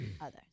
others